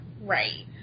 right